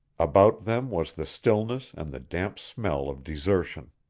about them was the stillness and the damp smell of desertion.